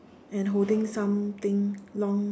and holding something long